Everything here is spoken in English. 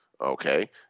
Okay